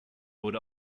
wurde